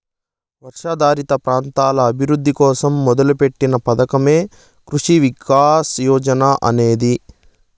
వర్షాధారిత ప్రాంతాల అభివృద్ధి కోసం మొదలుపెట్టిన పథకమే కృషి వికాస్ యోజన అనేది